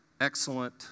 excellent